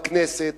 בכנסת,